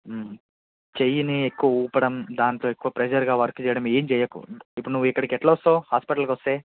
చెయ్యిని ఎక్కువ ఊపడం దాంతో ఎక్కువగా ప్రెజర్ గా వర్క్ చేయడం ఏమి చేయకు ఇప్పుడు నువ్వు ఎట్ల వస్తావు హాస్పిటల్ కి వస్తే